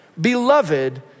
beloved